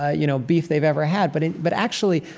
ah you know, beef they've ever had but and but actually,